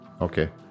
Okay